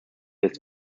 des